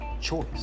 choice